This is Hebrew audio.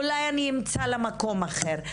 אולי ימצאו לה מקום אחר.